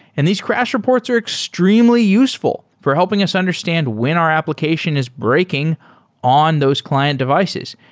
and these crash reports are extremely useful for helping us understand when our application is breaking on those client devices.